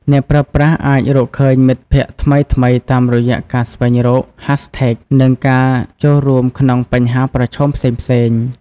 អ្នកប្រើប្រាស់អាចរកឃើញមិត្តភក្តិថ្មីៗតាមរយៈការស្វែងរក ហាសថេក និងការចូលរួមក្នុង បញ្ហាប្រឈមផ្សេងៗ។